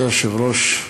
אדוני היושב-ראש,